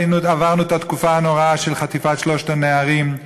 עברנו את התקופה הנוראה של חטיפת שלושת הנערים,